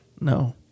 No